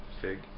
Fig